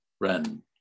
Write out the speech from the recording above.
Ren